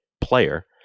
player